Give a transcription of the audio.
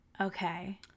Okay